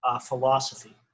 philosophy